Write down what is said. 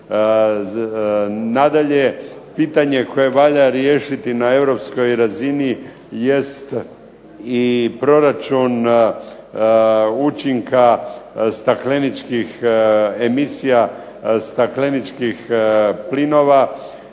Nadalje, pitanje koje valja riješiti na europskoj razini jest i proračun učinka stakleničkih emisija, stakleničkih plinova